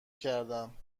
کردم